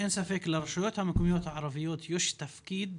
אין ספק שלרשויות המקומיות הערביות יש תפקיד